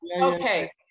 okay